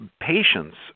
patients